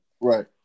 Right